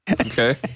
Okay